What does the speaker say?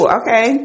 okay